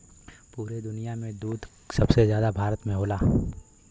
पुरे दुनिया में दूध सबसे जादा भारत में होला